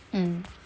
mm